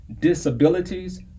disabilities